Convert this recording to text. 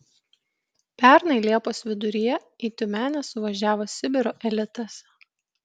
pernai liepos viduryje į tiumenę suvažiavo sibiro elitas